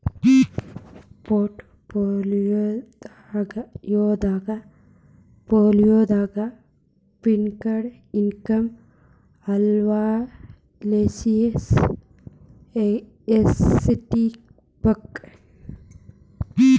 ಪೊರ್ಟ್ ಪೋಲಿಯೊದಾಗ fixed income analysis ಯೆಸ್ಟಿರ್ಬಕ್?